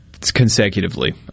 consecutively